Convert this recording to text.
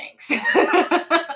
thanks